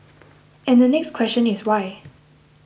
and the next question is why